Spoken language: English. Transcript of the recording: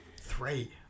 three